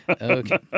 Okay